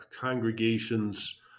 congregations